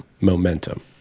momentum